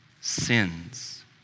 sins